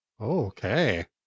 okay